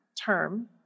term